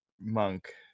monk